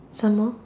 some more